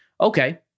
Okay